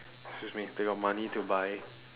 excuse me they got money to buy